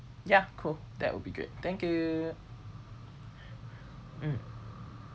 ya cool that would be great thank you mm